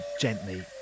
gently